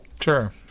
Sure